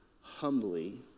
Humbly